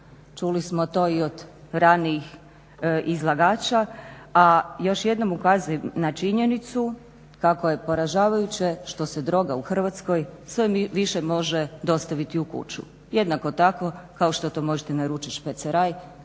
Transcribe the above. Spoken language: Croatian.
Čuli smo to i od ranijih izlagača, a još jednom ukazujem na činjenicu kako je poražavajuće što se droga u Hrvatskoj sve više može dostaviti u kuću. Jednako tako kao što možete naručit špeceraj,